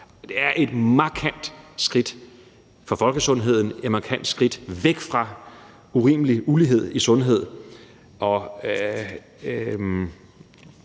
Det er et markant skridt for folkesundheden og et markant skridt væk fra en urimelig ulighed i sundhed.